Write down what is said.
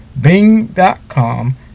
Bing.com